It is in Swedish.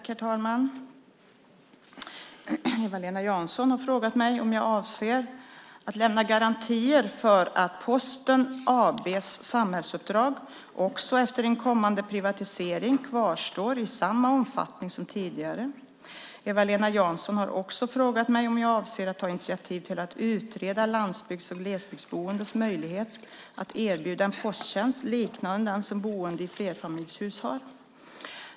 Herr talman! Eva-Lena Jansson har frågat mig om jag avser att lämna garantier för att Posten AB:s samhällsuppdrag, också efter en kommande privatisering, kvarstår i samma omfattning som tidigare. Eva-Lena Jansson har också frågat mig om jag avser att ta initiativ till att utreda landsbygds och glesbygdsboendes möjlighet att erbjudas en posttjänst liknande den som boende i flerfamiljshus har.